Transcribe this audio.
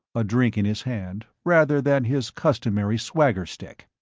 a drink in his hand, rather than his customary swagger stick.